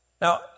Now